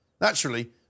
Naturally